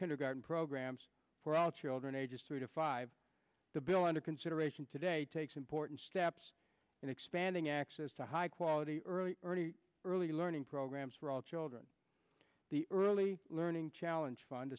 kindergarten programs for all children ages two to five the bill under generation today takes important steps in expanding access to high quality early early early learning programs for all children the early learning challenge